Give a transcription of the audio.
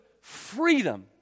freedom